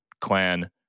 clan